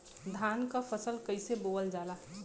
धान क फसल कईसे बोवल जाला?